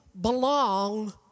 belong